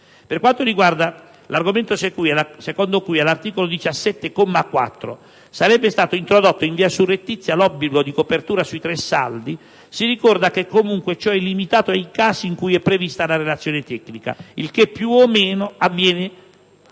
Per quanto riguarda l'argomento secondo cui all'articolo 17, comma 4, sarebbe stato introdotto in via surrettizia l'obbligo di copertura sui tre saldi, si ricorda che comunque ciò è limitato ai casi in cui è prevista la relazione tecnica, il che più o meno corrisponde